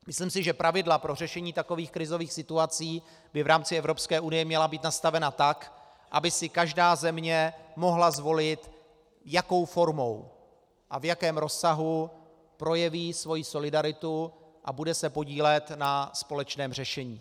Myslím si, že pravidla pro řešení takových krizových situací by v rámci Evropské unie měla být nastavena tak, aby si každá země mohla zvolit, jakou formou a v jakém rozsahu projeví svoji solidaritu a bude se podílet na společném řešení.